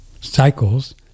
cycles